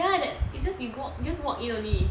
ya that it's just you go walk in only